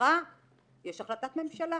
במשפחה יש החלטת ממשלה.